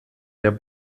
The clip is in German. der